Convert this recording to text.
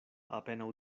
apenaŭ